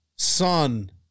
son